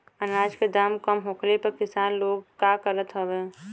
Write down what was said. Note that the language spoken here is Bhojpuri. अनाज क दाम कम होखले पर किसान लोग का करत हवे?